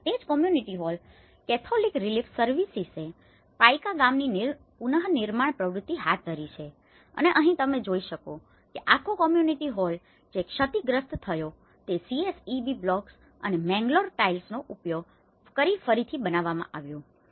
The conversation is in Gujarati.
અને તે જ કોમ્યુનિટી હોલ કેથોલિક રિલીફ સર્વિસીસે પાઇકા ગામની પુનર્નિર્માણ પ્રવૃત્તિ હાથ ધરી છે અને અહીં તમે જોઈ શકો છો કે આ આખો કોમ્યુનિટી હોલ જે ક્ષતિગ્રસ્ત થયો છે તે CSEB બ્લોકસ અને મેંગલોર ટાઈલ્સનો ઉપયોગ કરીને ફરીથી બનાવવામાં આવ્યો છે